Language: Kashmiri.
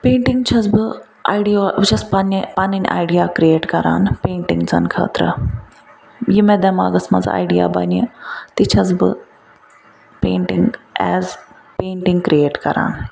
پینٛٹِنٛگ چھَس بہٕ آیڈیو بہٕ چھَس پنٛنہِ پَنٕنۍ آیڈیا کرٛییٹ کَران پینٹِنٛگزَن خٲطرٕ یہِ مےٚ دماغَس مَنٛز آیڈیا بَنہِ تہِ چھَس بہٕ پینٛٹِنٛگ ایز پینٛٹِنٛگ کِرییٹ کَران